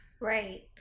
Right